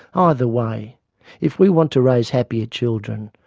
ah either way, if we want to raise happier children,